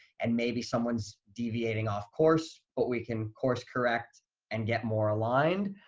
and maybe someone's deviating off course, but we can course correct and get more aligned.